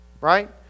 right